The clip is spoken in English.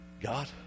God